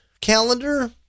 calendar